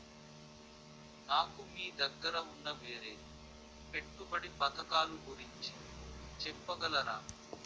నాకు మీ దగ్గర ఉన్న వేరే పెట్టుబడి పథకాలుగురించి చెప్పగలరా?